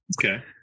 Okay